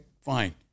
fine